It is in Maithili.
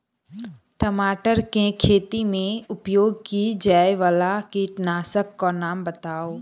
टमाटर केँ खेती मे उपयोग की जायवला कीटनासक कऽ नाम बताऊ?